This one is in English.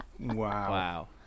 Wow